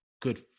good